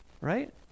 Right